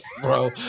bro